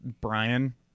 Brian